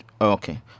Okay